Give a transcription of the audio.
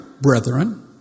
brethren